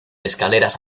escaleras